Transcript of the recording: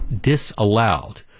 disallowed